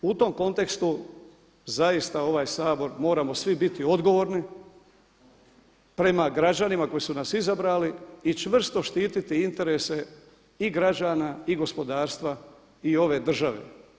U tom kontekstu zaista ovaj Sabor, moramo svi biti odgovorni prema građanima koji su nas izabrali i čvrsto štititi interese i građana i gospodarstva i ove države.